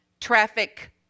Traffic